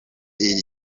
iri